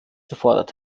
gefordert